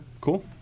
cool